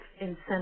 incentive